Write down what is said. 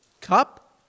Cup